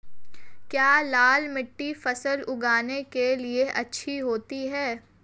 क्या लाल मिट्टी फसल उगाने के लिए अच्छी होती है?